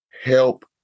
Help